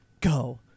go